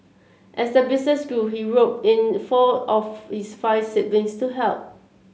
as the business grew he roped in four of his five siblings to help